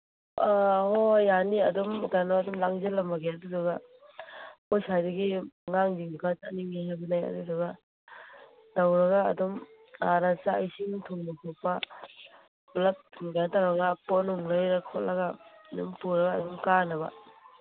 ꯑꯥ ꯍꯣꯏ ꯍꯣꯏ ꯌꯥꯅꯤ ꯑꯗꯨꯝ ꯀꯩꯅꯣ ꯑꯗꯨꯝ ꯂꯥꯡꯖꯤꯜꯂꯝꯃꯒꯦ ꯑꯗꯨꯗꯨꯒ ꯑꯩꯈꯣꯏ ꯁ꯭ꯋꯥꯏꯗꯒꯤ ꯑꯉꯥꯡꯁꯤꯡꯁꯨ ꯈꯔ ꯆꯠꯅꯤꯡꯉꯦ ꯍꯥꯏꯕꯅꯦ ꯑꯗꯨꯗꯨꯒ ꯇꯧꯔꯒ ꯑꯗꯨꯝ ꯑꯥꯗ ꯆꯥꯛ ꯏꯁꯤꯡ ꯊꯣꯡꯕ ꯈꯣꯠꯄ ꯄꯨꯂꯞ ꯊꯣꯡꯖ ꯇꯧꯔꯒ ꯄꯣꯠꯅꯨꯡ ꯂꯩꯔ ꯈꯣꯠꯂꯒ ꯑꯗꯨꯝ ꯄꯨꯔꯒ ꯑꯗꯨꯝ ꯀꯥꯅꯕ